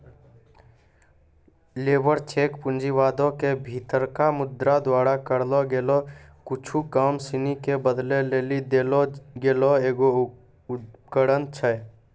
labour cheque पूँजीवादो के भीतरका मुद्रा द्वारा करलो गेलो कुछु काम सिनी के बदलै लेली देलो गेलो एगो उपकरण छै